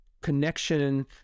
connection